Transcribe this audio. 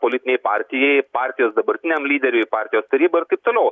politinei partijai partijos dabartiniam lyderiui partijos tarybai ir taip toliau